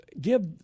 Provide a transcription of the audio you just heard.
give